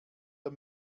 der